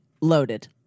Loaded